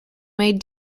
made